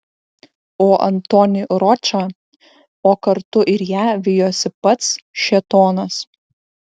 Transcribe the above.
o antonį ročą o kartu ir ją vijosi pats šėtonas